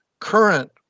current